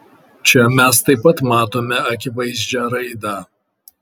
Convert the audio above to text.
čia mes taip pat matome akivaizdžią raidą